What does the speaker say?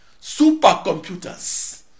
supercomputers